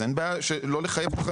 אז אין בעיה שלא לחייב,